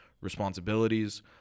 responsibilities